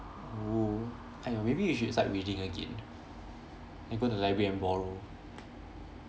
oh !aiya! maybe you should start reading again like go to the library and borrow